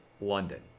London